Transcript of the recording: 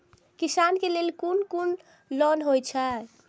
किसान के लेल कोन कोन लोन हे छे?